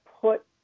put